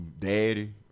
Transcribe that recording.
daddy